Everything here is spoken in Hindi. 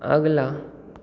अगला